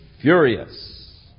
furious